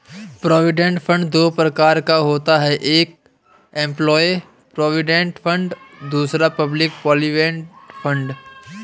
provident fund दो प्रकार का होता है एक एंप्लॉय प्रोविडेंट फंड दूसरा पब्लिक प्रोविडेंट फंड